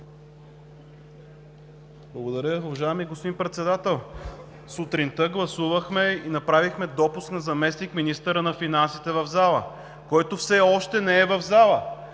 Благодаря. Уважаеми господин Председател, сутринта гласувахме и направихме допуск на заместник-министъра на финансите, който все още не е в залата.